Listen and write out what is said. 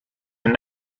een